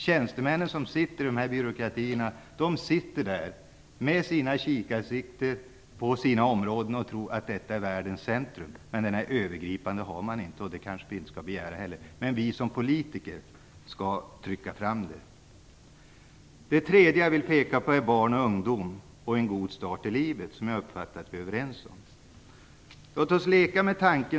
Tjänstemännen i dessa byråkratier sitter med sina kikarsikten inställda på sina områden och tror att de är världens centrum. De har inte det övergripande perspektivet, och det kanske vi inte heller skall begära. Men vi som politiker skall ha det. Det tredje jag vill peka på handlar om barn och ungdomar och om en god start i livet. Jag har uppfattat det som att vi är överens om detta. Låt oss leka med en tanke!